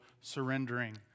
surrendering